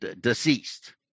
deceased